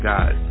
God